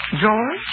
George